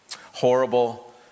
Horrible